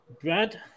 Brad